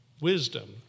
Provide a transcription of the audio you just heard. Wisdom